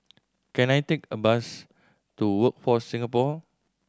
can I take a bus to Workforce Singapore